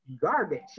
garbage